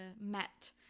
Met